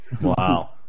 Wow